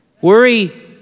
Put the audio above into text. Worry